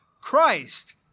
Christ